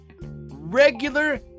Regular